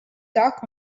talk